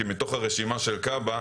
כי מתוך הרשימה של כב"ה,